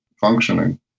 functioning